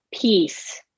peace